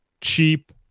cheap